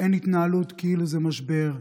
אין התנהלות כאילו זה משבר,